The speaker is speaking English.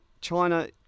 China